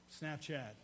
Snapchat